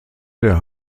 der